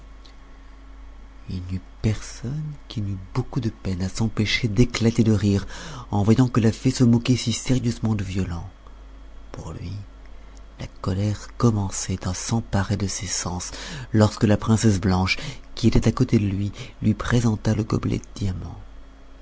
n'y eut personne qui n'eût beaucoup de peine à s'empêcher d'éclater de rire en voyant que la fée se moquait si sérieusement de violent pour lui la colère commençait à s'emparer de ses sens lorsque la princesse blanche qui était à côté de lui présenta le gobelet de diamant